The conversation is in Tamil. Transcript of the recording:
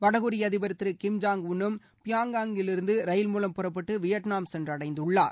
வடகொரிய அதிபர் திரு கிம் ஜாங் உள் னும் பியாங்யாங்கிலிருந்து ரயில் மூலம் புறப்பட்டு வியட்நாம் சென்றடைந்துள்ளார்